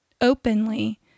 openly